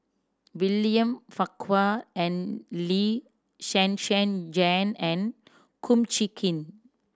William Farquhar and Lee Zhen Zhen Jane and Kum Chee Kin